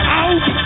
out